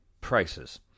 prices